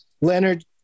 Leonard